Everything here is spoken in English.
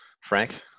Frank